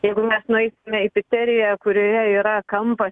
jeigu mes nueisime į piceriją kurioje yra kampas